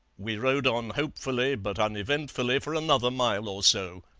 we rode on hopefully but uneventfully for another mile or so.